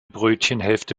brötchenhälfte